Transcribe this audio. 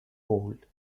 old